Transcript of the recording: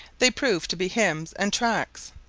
they proved to be hymns and tracts,